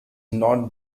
not